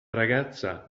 ragazza